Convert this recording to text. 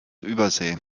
übersee